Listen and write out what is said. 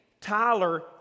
Tyler